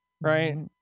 right